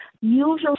Usually